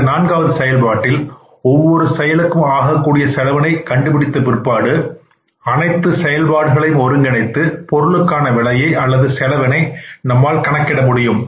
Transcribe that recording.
இந்த நான்காவது செயல்பாட்டில் ஒவ்வொரு செயலுக்கும் ஆகக்கூடிய செலவினை கண்டுபிடித்த பிற்பாடு அனைத்து செயல்பாடுகளையும் ஒருங்கிணைத்து பொருளுக்கான விலையை அல்லது செலவினை நம்மால் கணக்கிட முடியும்